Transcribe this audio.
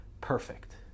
perfect